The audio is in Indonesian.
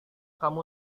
kamu